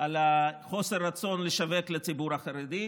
בחוסר רצון לשווק לציבור החרדי,